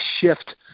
shift